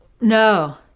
No